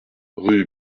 rue